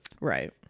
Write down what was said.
Right